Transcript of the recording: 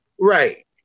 right